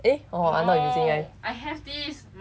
eh orh I'm not using leh